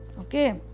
Okay